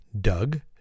Doug